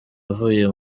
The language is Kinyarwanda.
avuye